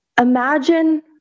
imagine